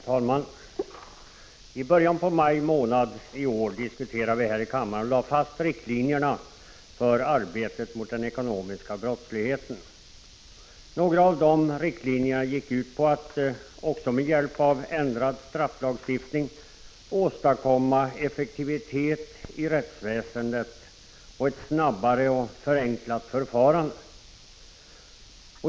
Herr talman! I början av maj månad i år diskuterade vi här i kammaren och lade fast riktlinjerna för arbetet mot den ekonomiska brottsligheten. Några av de riktlinjerna gick ut på att — också med hjälp av ändrad strafflagstiftning - åstadkomma effektivitet i rättsväsendet och ett snabbare och mer förenklat förfarande.